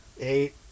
eight